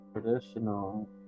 traditional